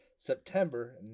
September